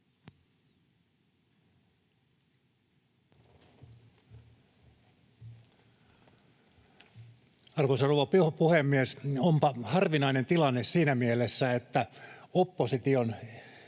Arvoisa rouva puhemies! Onpa harvinainen tilanne siinä mielessä, että opposition